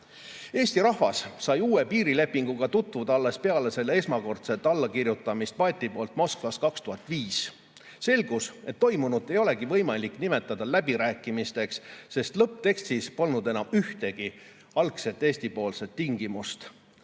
Eesti rahvas sai uue piirilepinguga tutvuda alles peale selle esmakordset allakirjutamist [Urmas] Paeti poolt Moskvas 2005. aastal. Selgus, et toimunut ei olegi võimalik nimetada läbirääkimisteks, sest lõpptekstis polnud enam ühtegi algset Eesti-poolset tingimust.